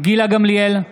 גילה גמליאל,